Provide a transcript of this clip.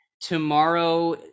tomorrow